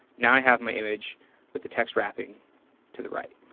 now i have my image with the text wrapping to the right.